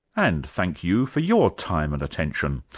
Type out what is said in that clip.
and thank you for your time and attention.